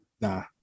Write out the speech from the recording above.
Nah